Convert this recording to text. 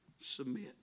Submit